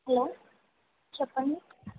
hello చెప్పండి